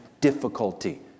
difficulty